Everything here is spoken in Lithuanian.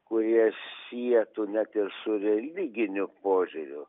kurie sietų net ir su religiniu požiūriu